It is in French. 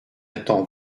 étant